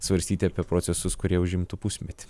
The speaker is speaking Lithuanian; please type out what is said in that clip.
svarstyti apie procesus kurie užimtų pusmetį